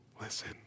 listen